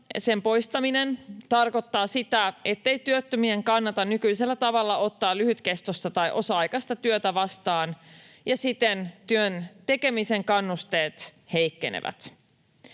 poistaminen tarkoittaa sitä, ettei työttömien kannata nykyisellä tavalla ottaa lyhytkestoista tai osa-aikaista työtä vastaan, ja siten työn tekemisen kannusteet heikkenevät.